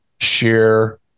share